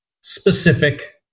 specific